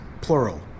plural